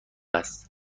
است